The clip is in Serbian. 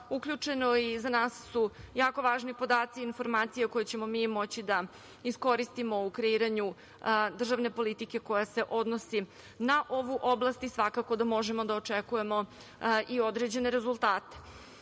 uključeno i za nas su jako važni podaci i informacije koje ćemo moći da iskoristimo u kreiranju državne politike koja se odnosi na ovu oblast i svakako da možemo da očekujemo i određene rezultate. Drugi